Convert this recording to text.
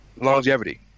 Longevity